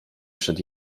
przed